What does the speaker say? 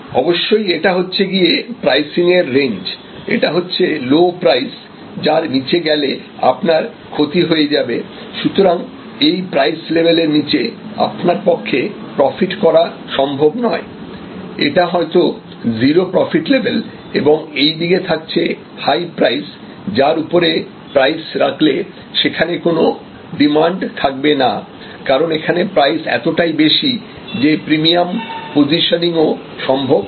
অবশ্যই এটা হচ্ছে গিয়ে প্রাইসিংয়ের রেঞ্জ এটা হচ্ছে লো প্রাইস যার নিচে গেলে আপনার ক্ষতি হয়ে যাবে সুতরাং এই প্রাইস লেভেল এর নিচে আপনার পক্ষে প্রফিট করা সম্ভব নয় এটা হয়তো জিরো প্রফিট লেবেল এবং এই দিকে থাকছে হাই প্রাইস যার উপরে প্রাইস রাখলে সেখানে কোন ডিমান্ড থাকবে না কারণ এখানে প্রাইস এতটাই বেশি যে প্রিমিয়াম পসিশনিং ও সম্ভব নয়